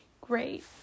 great